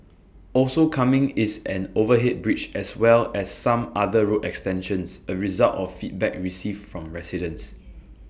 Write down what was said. also coming is an overhead bridge as well as some other road extensions A result of feedback received from residents